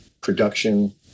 production